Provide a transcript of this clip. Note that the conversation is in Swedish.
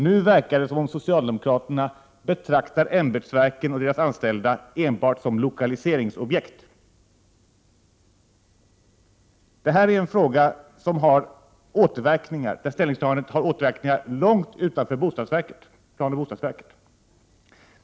Nu verkar det plötsligt som om socialdemokraterna betraktar ämbetsverken och deras anställda enbart som lokaliseringsobjekt. Det här är en fråga där ställningstagandet har återverkningar långt utanför planoch bostadsverket.